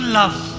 love